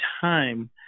time